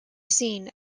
seen